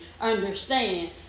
understand